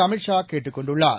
அமித்ஷா கேட்டுக் கொண்டுள்ளார்